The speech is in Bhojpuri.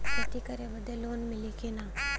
खेती करे बदे लोन मिली कि ना?